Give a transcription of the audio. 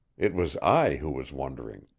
it was i who was wondering.